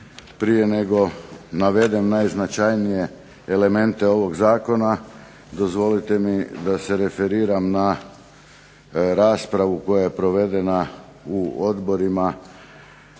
Prije nego navedem najznačajnije elemente ovog zakona, dozvolite mi da se referiram na raspravu koja je provedena u odborima,